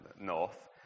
North